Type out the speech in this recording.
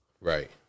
Right